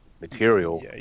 material